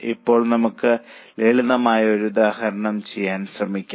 ഇപ്പോൾ നമുക്ക് ലളിതമായ ഒരു ഉദാഹരണം ചെയ്യാൻ ശ്രമിക്കാം